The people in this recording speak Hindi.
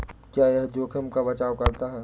क्या यह जोखिम का बचाओ करता है?